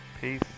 Peace